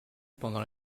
pendant